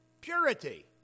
purity